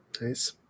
Nice